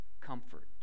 comfort